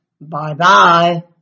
bye-bye